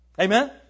Amen